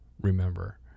remember